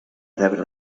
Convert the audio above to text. rebre